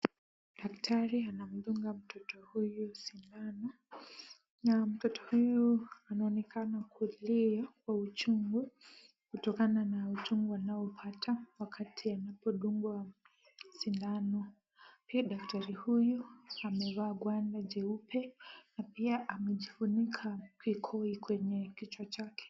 Daktari, ana mdunga mtoto huyu si nani. Na mtoto huyu anaonekana kulia kwa uchungu, kutokana na uchungu wanaopata wakati anapodungwa sindano. Pia, daktari huyu amevaa gwanda jeupe na pia ame jifunika kikoi kwenye kichwa chake.